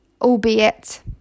albeit